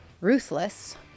ruthless